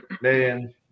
man